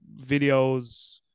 videos